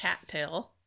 Cattail